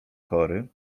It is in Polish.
chory